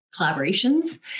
collaborations